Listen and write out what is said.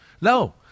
No